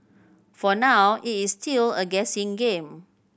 for now it's still a guessing game